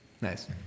Nice